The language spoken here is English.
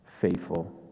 faithful